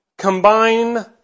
Combine